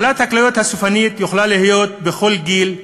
מחלת כליות סופנית יכולה להיות בכל גיל,